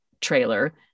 trailer